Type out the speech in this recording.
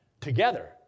together